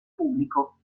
pubblico